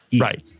right